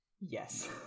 yes